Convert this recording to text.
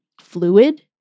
fluid